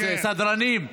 סדרנים,